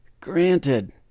granted